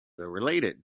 related